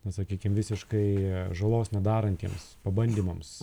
na sakykim visiškai žalos nedarantiems pabandymams